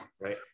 Right